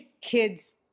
kids